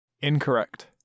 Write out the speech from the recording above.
Incorrect